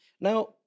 Now